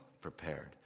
prepared